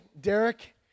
Derek